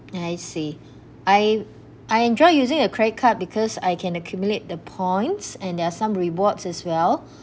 I see I I enjoy using a credit card because I can accumulate the points and there are some rewards as well